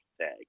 tag